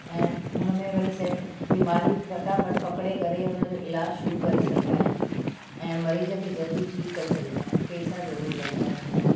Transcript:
ऐं हुन में वरी से बीमारी फ़टाफ़ट पकिड़े करे हुनजो इलाज़ शुरू करे सघंदा आहिनि ऐं मरीज़ खे जल्दी ठीकु करे सघंदा आहिनि पैसा ज़रूर लॻंदा आहिनि मगरि